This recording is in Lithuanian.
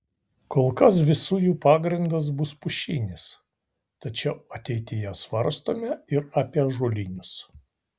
kol kas visų jų pagrindas bus pušinis tačiau ateityje svarstome ir apie ąžuolinius